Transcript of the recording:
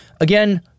Again